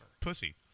Pussy